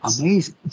amazing